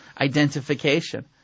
identification